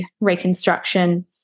reconstruction